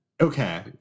Okay